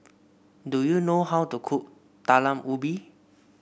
do you know how to cook Talam Ubi